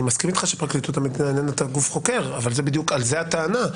אני מסכים איתך שפרקליטות המדינה איננה גוף חוקר אבל בדיוק על זה הטענה.